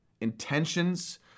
Intentions